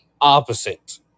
opposite